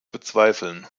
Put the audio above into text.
bezweifeln